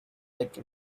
like